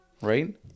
Right